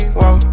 whoa